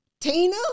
Tina